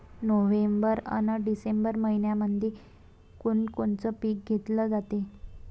November अन December मइन्यामंधी कोण कोनचं पीक घेतलं जाते?